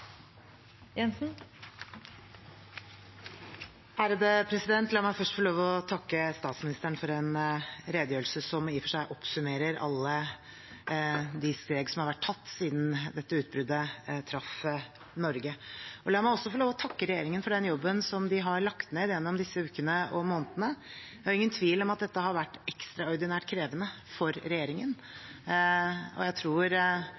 La meg først få lov til å takke statsministeren for en redegjørelse som i og for seg oppsummerer alle de steg som har vært tatt siden dette utbruddet traff Norge. La meg også få lov til å takke regjeringen for den jobben som de har lagt ned gjennom disse ukene og månedene. Det er ingen tvil om at dette har vært ekstraordinært krevende for regjeringen, og jeg tror